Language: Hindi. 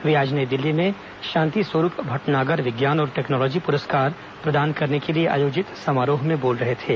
वे आज नई दिल्ली में शांति स्वरूप भटनागर विज्ञान और टेक्नोलॉजी पुरस्कार प्रदान करने के लिए आयोजित समारोह में बोल रहे थे